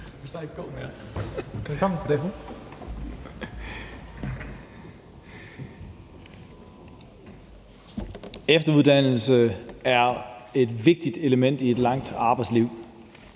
Efteruddannelse er et vigtigt element i et langt arbejdsliv,